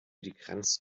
grenze